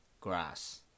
grass